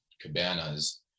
cabanas